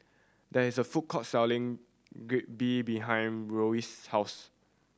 there is a food court selling Jalebi behind Reyes' house